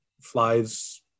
flies